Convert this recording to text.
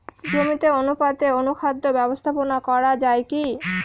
জমিতে অনুপাতে অনুখাদ্য ব্যবস্থাপনা করা য়ায় কি?